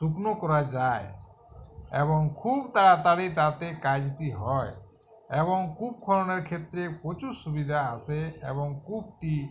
শুকনো করা যায় এবং খুব তাড়াতাড়ি তাতে কাজটি হয় এবং কূপ খননের ক্ষেত্রে প্রচুর সুবিধা আসে এবং কূপটি